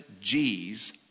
G's